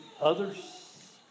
Others